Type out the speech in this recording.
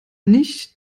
nicht